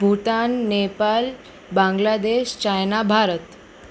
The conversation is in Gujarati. ભૂતાન નેપાલ બાંગ્લાદેશ ચાઇના ભારત